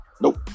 Nope